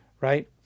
Right